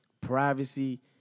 Privacy